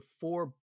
four